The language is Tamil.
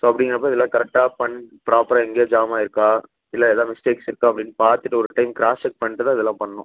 ஸோ அப்படிங்கறப்ப இதெல்லாம் கரெக்டாக பண் ப்ராப்பராக எங்கேயா ஜாமாயிருக்கா இல்லை எதாது மிஸ்டேக்ஸ் இருக்கா அப்படின்னு பார்த்துட்டு ஒரு டைம் க்ராஸ்செக் பண்ணிட்டு தான் இதெல்லாம் பண்ணும்